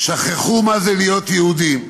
"שכחו מה זה להיות יהודים",